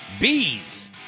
Bees